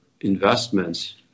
investments